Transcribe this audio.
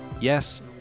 Yes